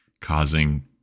causing